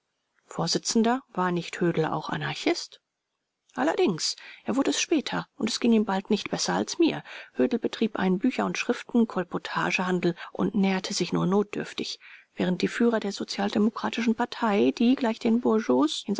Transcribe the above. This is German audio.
vors war nicht hödel auch anarchist r allerdings er wurde es später und es ging ihm bald nicht besser als mir hödel betrieb einen bücher und schriften kolportagehandel und nährte sich nur notdürftig während die führer der sozialdemokratischen partei die gleich den